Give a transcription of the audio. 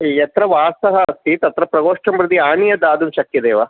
यत्र वासः अस्ति तत्र प्रकोष्ठं प्रति आनीय दातुं शक्यते वा